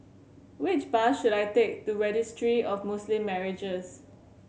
which bus should I take to Registry of Muslim Marriages